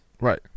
Right